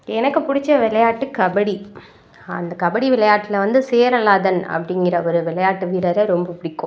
எனக்கு பிடிச்ச விளையாட்டு கபடி அந்த கபடி விளையாட்டில் வந்து சேரலாதன் அப்படிங்கிற ஒரு விளையாட்டு வீரரை ரொம்ப பிடிக்கும்